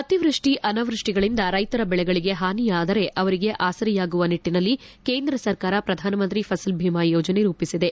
ಅತಿವೃಷ್ಟಿ ಅನಾವೃಷ್ಟಿಗಳಿಂದ ರೈತರ ಬೆಳೆಗಳಿಗೆ ಹಾನಿಯಾದರೆ ಅವರಿಗೆ ಆಸರೆಯಾಗುವ ನಿಟ್ಟನಲ್ಲಿ ಕೇಂದ್ರ ಸರ್ಕಾರ ಪ್ರಧಾನ ಮಂತ್ರಿ ಫಸಲ್ ಭಿಮಾ ಯೋಜನೆ ರೂಪಿಸಿದೆ